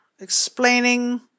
explaining